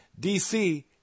DC